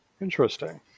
interesting